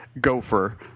gopher